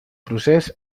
procés